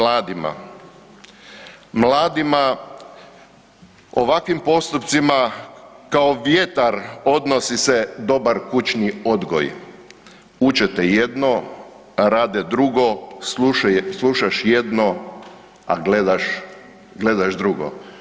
Mladima ovakvim postupcima kao vjetar odnosi se dobar kućni odgoj, uče te jedno, rade drugo, slušaš jedno, a gledaš drugo.